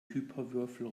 hyperwürfel